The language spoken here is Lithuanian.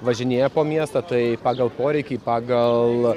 važinėja po miestą tai pagal poreikį pagal